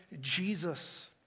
Jesus